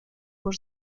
por